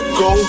go